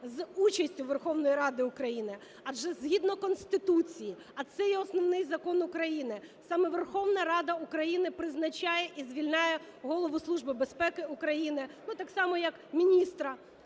з участю Верховної Ради України, адже, згідно Конституції, а це є Основний Закон України, саме Верховна Рада України призначає і звільняє Голову Служби безпеки України так само як міністра